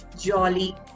jolly